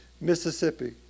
Mississippi